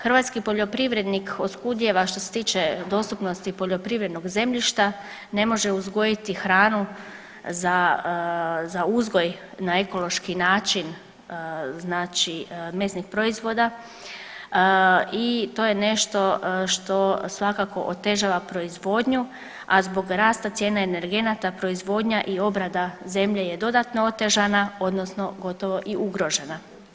Hrvatski poljoprivrednik oskudijeva što se tiče dostupnosti poljoprivrednog zemljišta, ne može uzgojiti hranu za uzgoj na ekološki način znači mesnih proizvoda i to je nešto što svakako otežava proizvodnju, a zbog rasta cijena energenata proizvodnja i obrada zemlje je dodatno otežana odnosno gotovo i ugrožena.